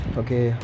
okay